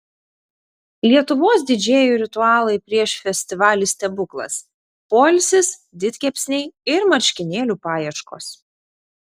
lietuvos didžėjų ritualai prieš festivalį stebuklas poilsis didkepsniai ir marškinėlių paieškos